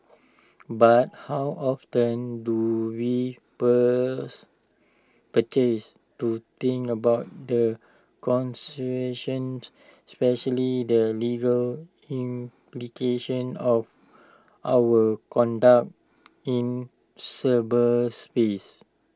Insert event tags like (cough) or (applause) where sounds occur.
but how often do we pause (unintelligible) to think about the (unintelligible) especially their legal implications of our conduct in cyberspace